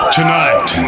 tonight